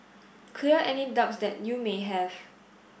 clear any doubts that you may have